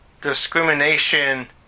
discrimination